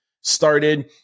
started